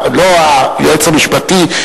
לא היועץ המשפטי,